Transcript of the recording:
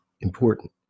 important